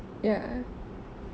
ya